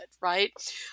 right